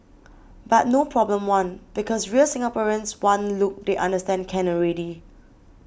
but no problem one because real Singaporeans one look they understand can already